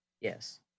yes